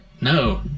No